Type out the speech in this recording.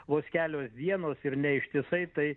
vos kelios dienos ir neištisai tai